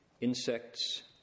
insects